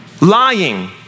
Lying